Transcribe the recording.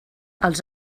els